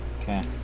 okay